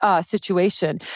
situation